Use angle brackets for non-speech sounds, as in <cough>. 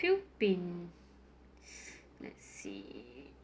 you been <breath> let's see